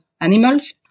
animals